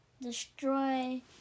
destroy